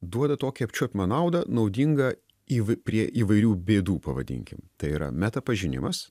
duoda tokį apčiuopiamą naudą naudingą įv prie įvairių bėdų pavadinkim tai yra meta pažinimas